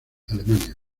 alemania